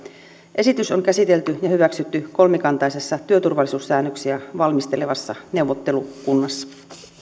esitys on käsitelty ja hyväksytty kolmikantaisessa työturvallisuussäännöksiä valmistelevassa neuvottelukunnassa